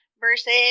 versus